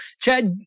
Chad